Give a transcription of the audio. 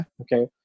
Okay